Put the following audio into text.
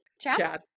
Chad